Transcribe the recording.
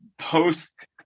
post